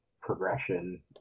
progression